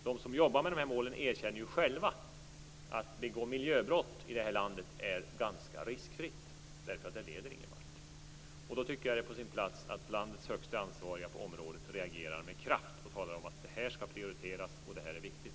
De som jobbar med dessa mål erkänner ju själva att det är ganska riskfritt att begå miljöbrott i det här landet, eftersom det inte leder någonvart. Då tycker jag att det är på sin plats att landets högsta ansvariga på området reagerar med kraft och talar om att det här skall prioriteras och att det är viktigt.